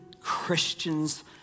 Christians